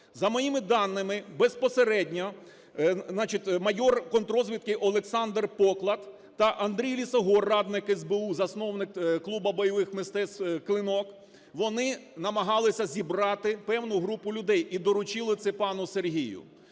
За моїми даними, безпосередньо майор контррозвідки Олександр Поклад та Андрій Лісогор – радник СБУ, засновник Клуба бойових мистецтв "Клинок", вони намагалися зібрати певну групу людей і доручили це пану Сергію.